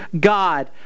God